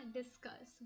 discuss